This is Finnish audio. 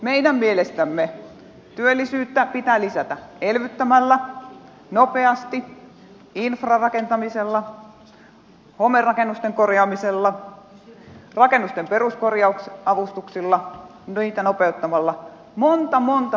meidän mielestämme työllisyyttä pitää lisätä elvyttämällä nopeasti infra rakentamisella homerakennusten korjaamisella rakennusten peruskorjausavustuksilla niitä nopeuttamalla monta monta muutakin asiaa